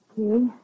Okay